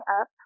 up